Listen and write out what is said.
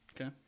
Okay